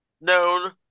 known